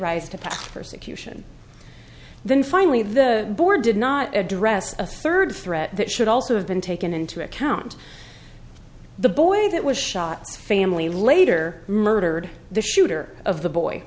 to persecution then finally the board did not address a third threat that should also have been taken into account the boy that was shots family later murdered the shooter of the boy